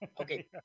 okay